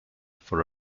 for